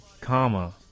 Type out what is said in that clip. comma